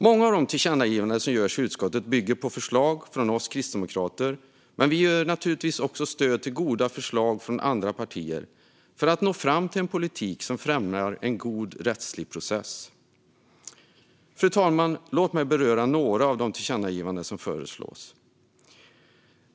Många av de tillkännagivanden som föreslås i utskottet bygger på förslag från oss kristdemokrater, men vi ger naturligtvis även stöd till goda förslag från andra partier för att nå fram till en politik som främjar en god rättslig process. Låt mig beröra några av de tillkännagivanden som föreslås, fru talman.